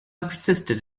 persisted